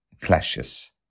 clashes